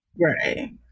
Right